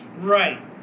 Right